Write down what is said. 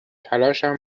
تلاشم